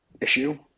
issue